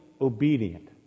obedient